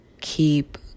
keep